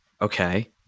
Okay